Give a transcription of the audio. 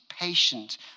patient